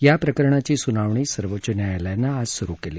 याप्रकरणाची सुनावणी सर्वोच्च न्यायालयानं आज सुरु केली